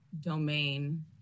domain